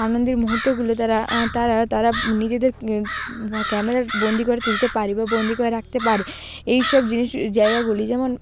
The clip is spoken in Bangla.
আনন্দের মুহূর্তগুলো তারা তারা তারা নিজেদের ক্যামেরায় বন্দী করে তুলতে পারে বা বন্দী করে রাখতে পারে এইসব জিনিস জায়গাগুলি যেমন